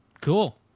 Cool